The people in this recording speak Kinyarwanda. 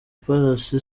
palace